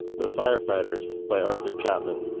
the firefighters by arthur chapman